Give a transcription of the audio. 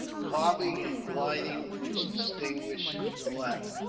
carving, and gilding which distinguish the latter.